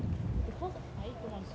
because I eat too much sweets